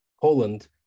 Poland